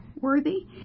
worthy